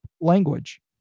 Language